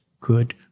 good